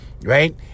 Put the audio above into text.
right